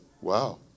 Wow